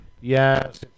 Yes